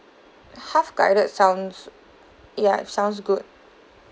half guided sounds ya sounds good